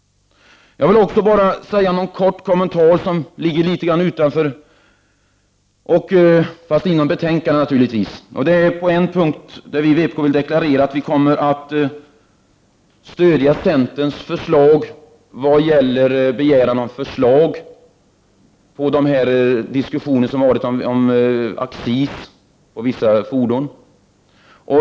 Jag vill också göra en kort kommentar som ligger litet grand utanför, men inom betänkandets ram naturligtvis. Vi i vpk vill deklarera att vi kommer att stödja centerns förslag i vad gäller begäran om förslag om bilaccis för vissa fordon.